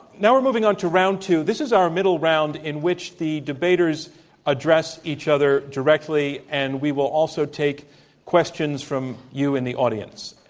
now we're moving on to round two, this is our middle round in which the debaters address each other directly, and we will also take questions from you in the audience.